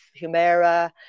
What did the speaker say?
Humera